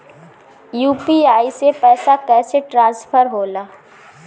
UPI से पैसा कैसे ट्रांसफर होला?